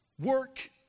work